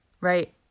Right